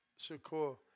Shakur